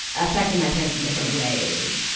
affected my parents in different ways.